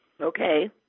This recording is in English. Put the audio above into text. Okay